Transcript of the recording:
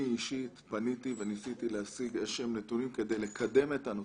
אני אישית פניתי וניסיתי להשיג איזה שהם נתונים כדי לקדם את הנושא.